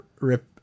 rip